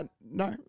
No